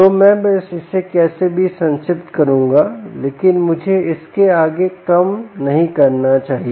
तो मैं बस इसे कैसे भी संक्षिप्त करूंगा लेकिन मुझे इसे इसके आगे कम नहीं करना चाहिए